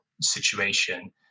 situation